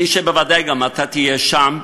מי שהיה שם, ובוודאי גם אתה תהיה שם,